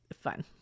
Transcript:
fun